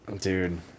dude